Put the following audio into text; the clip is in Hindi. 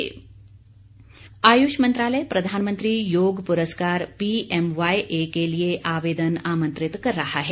पुरस्कार आयुष मंत्रालय प्रधानमंत्री योग पुरस्कार पीएमवाईए के लिए आवेदन आमंत्रित कर रहा है